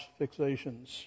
fixations